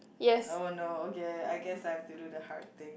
oh no okay I guess I have to do the hard thing